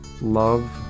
love